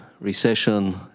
recession